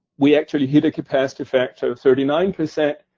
we actually hit a capacity factor of thirty nine percent,